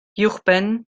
uwchben